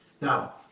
Now